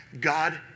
God